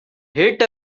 hit